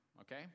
okay